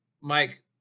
Mike